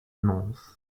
immense